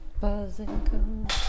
Buzzing